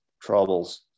troubles